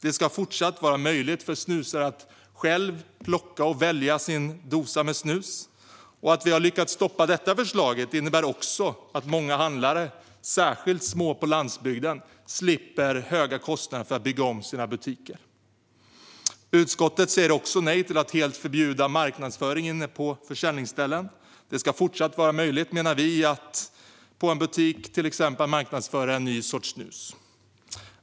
Det ska även i fortsättningen vara möjligt för snusaren att själv plocka och välja sin dosa med snus. Att vi har lyckats stoppa detta förslag innebär också att många handlare, särskilt med små butiker på landsbygden, slipper höga kostnader för att bygga om sina butiker. Utskottet säger också nej till att helt förbjuda marknadsföring inne på försäljningsställen. Det ska fortfarande vara möjligt, menar vi, att i en butik till exempel marknadsföra en ny sorts snus.